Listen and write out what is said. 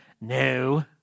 No